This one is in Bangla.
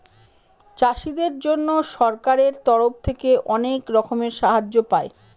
চাষীদের জন্য সরকারের তরফ থেকে অনেক রকমের সাহায্য পায়